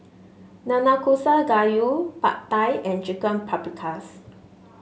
Nanakusa Gayu Pad Thai and Chicken Paprikas